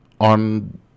on